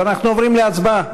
אז אנחנו עוברים להצבעה.